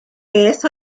beth